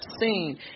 seen